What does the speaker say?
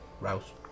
Rouse